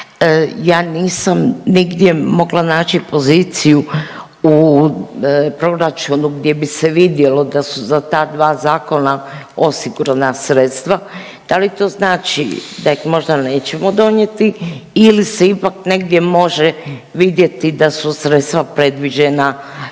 Ja nisam nigdje mogla naći poziciju u proračunu gdje bi se vidjelo da su za ta dva zakona osigurana sredstva. Da li to znači da ih možda nećemo donijeti ili se ipak negdje može vidjeti da su sredstva predviđena,